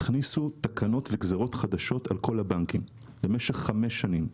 הכניסו תקנות וגזירות חדשות על כול הבנקים למשך חמש שנים.